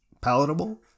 palatable